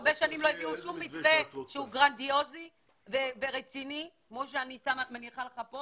הרבה שנים לא הביאו שום מתווה גרנדיוזי ורציני כמו שאני מניחה לך פה